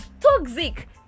toxic